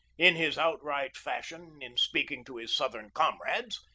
in his outright fashion in speaking to his southern comrades,